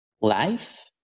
life